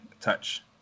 touch